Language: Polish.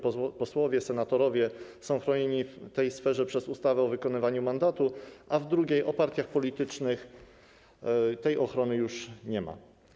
Posłowie i senatorowie są chronieni w tej sferze w ustawie o wykonywaniu mandatu, a w drugiej, tj. o partiach politycznych, tej ochrony już nie ma.